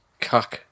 cuck